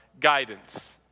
guidance